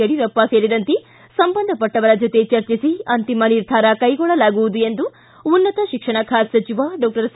ಯಡಿಯೂರಪ್ಪ ಸೇರಿದಂತೆ ಸಂಬಂಧಪಟ್ಟವರ ಜೊತೆ ಚರ್ಚಿಸಿ ಅಂತಿಮ ನಿರ್ಧಾರ ಕೈಗೊಳ್ಳಲಾಗುವುದು ಎಂದು ಉನ್ನತ ಶಿಕ್ಷಣ ಖಾತೆ ಸಚಿವ ಡಾಕ್ಟರ್ ಸಿ